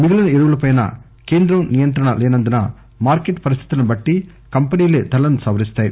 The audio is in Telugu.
మిగిలిన ఎరువుల పై కేంద్రం నియంత్రణ లేనందున మార్కెట్ పరిస్థితులను బట్లి కంపెనీలే ధరలను సవరిస్తాయి